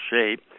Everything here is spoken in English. shape